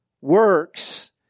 Works